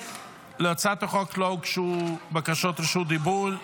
להצעת החוק לא הוגשו בקשות רשות דיבור.